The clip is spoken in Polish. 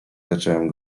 zacząłem